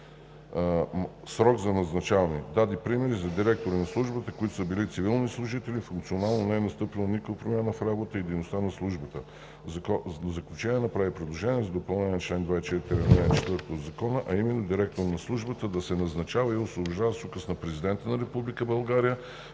срок за назначаване. Даде примери за директори на службата, които са били цивилни служители и функционално не е настъпвала никаква промяна в работата и дейността на службата. В заключение направи предложение за допълнение на чл. 24, ал. 4 от Закона, а именно директорът на службата да се назначава и освобождава с указ на Президента на Република България